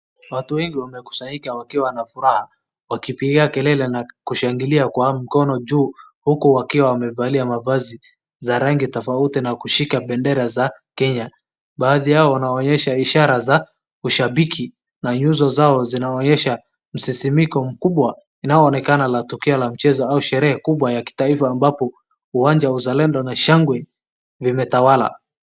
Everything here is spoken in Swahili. Watu wengi wamekusanyika wakiwa na furaha wakipigia kelele na kushangilia kwa mkono juu huku wakiwa wamevalia mavazi za rangi tofauti na kushika bedera za kenya. Baadhi yao wanaonyesha ishara za ushabiki na nyuzo zao zinaonyesha msisimuko mkubwa inayoonekana la tukio la mchezo ama sherehe kubwa ya kitaifa ambapo uwanja wa uzalendo na shangwe vimetawala.